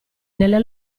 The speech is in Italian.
nelle